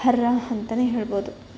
ಅರ್ಹ ಅಂತನೇ ಹೇಳ್ಬೋದು